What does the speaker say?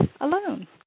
alone